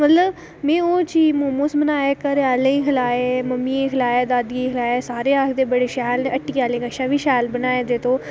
मतलब में ओह् चीज़ मोमोज़ बनाए घरै आह्ले गी खलाए मम्मियै गी खलाए दादियै गी खलाए सारे केह् आक्खदे शैल हट्टियै आह्ले कोला बी शैल बनाये दे तोह्